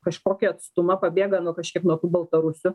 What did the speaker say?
kažkokį atstumą pabėga nu kažkiek nuo tų baltarusių